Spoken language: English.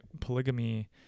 polygamy